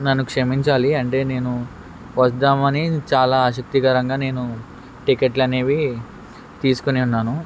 నన్ను క్షమించాలి అంటే నేను వద్దామని చాలా ఆసక్తికరంగా నేను టికెట్లు అనేవీ తీసుకుని ఉన్నాను